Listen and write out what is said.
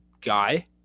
guy